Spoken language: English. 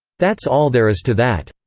that's all there is to that.